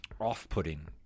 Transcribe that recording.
off-putting